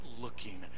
looking